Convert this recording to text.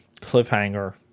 Cliffhanger